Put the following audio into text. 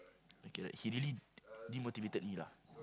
I cannot he really demotivated me lah